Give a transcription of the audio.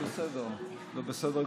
זה בסדר גמור.